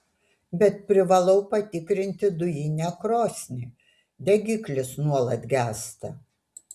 bet privalau patikrinti dujinę krosnį degiklis nuolat gęsta